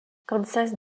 kansas